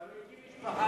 אבל הוא הקים משפחה.